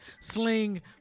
sling